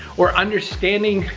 or understanding,